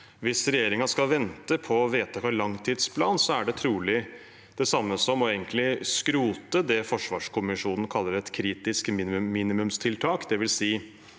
Hvis regjeringen skal vente på vedtak av langtidsplanen, er det trolig egentlig det samme som å skrote det forsvarskommisjonen kaller et kritisk minimumstiltak,